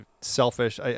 selfish